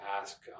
ask